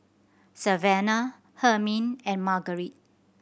Savanah Hermine and Margarite